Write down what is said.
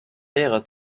lehrer